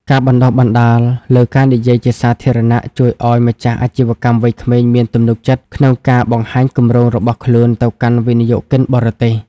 ការបណ្ដុះបណ្ដាលលើ "ការនិយាយជាសាធារណៈ" ជួយឱ្យម្ចាស់អាជីវកម្មវ័យក្មេងមានទំនុកចិត្តក្នុងការបង្ហាញគម្រោងរបស់ខ្លួនទៅកាន់វិនិយោគិនបរទេស។